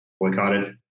boycotted